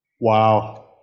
Wow